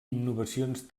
innovacions